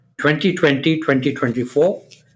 2020-2024